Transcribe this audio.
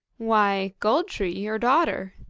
why, gold-tree, your daughter.